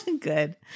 Good